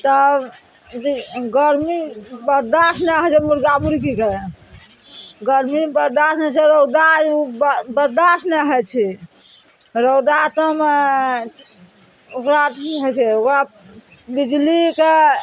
तब गर्मी बरदाश्त नहि होइ छै मुर्गा मुर्गीके गर्मी बरदाश्त नहि छै रौदा बर्दाश्त नहि होइ छै रौदामे ओकरा अथी होइ छै ओकरा बिजलीके